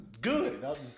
Good